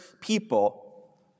people